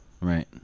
Right